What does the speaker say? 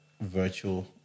virtual